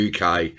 UK